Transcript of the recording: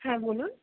হ্যাঁ বলুন